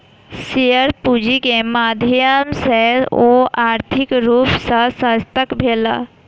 share पूंजी के माध्यम सॅ ओ आर्थिक रूप सॅ शशक्त भेला